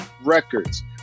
records